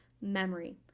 memory